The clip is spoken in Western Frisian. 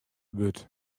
wurdt